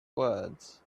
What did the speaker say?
words